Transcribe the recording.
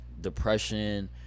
depression